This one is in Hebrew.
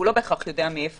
הוא לא בהכרח יודע מאיפה,